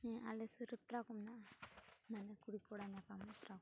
ᱟᱞᱮᱥᱩᱨ ᱨᱮ ᱯᱨᱟᱠ ᱢᱮᱱᱟᱜᱼᱟ ᱚᱱᱟᱨᱮ ᱠᱩᱲᱤ ᱠᱚᱲᱟ ᱧᱟᱯᱟᱢᱚᱜ ᱯᱨᱟᱠ